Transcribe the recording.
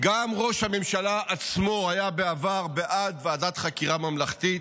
גם ראש הממשלה בעצמו היה בעבר בעד ועדת חקירה ממלכתית,